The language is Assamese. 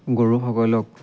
গৰুসকলক